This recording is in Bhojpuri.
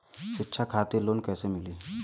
शिक्षा खातिर लोन कैसे मिली?